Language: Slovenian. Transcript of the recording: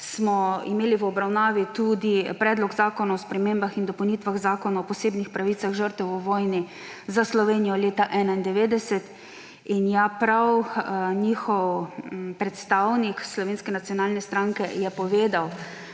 ta seja, v obravnavi tudi Predlog zakona o spremembah in dopolnitvah Zakona o posebnih pravicah žrtev v vojni za Slovenijo 1991. In prav njihov predstavnik, Slovenske nacionalne stranke, je povedal,